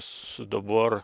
su dabar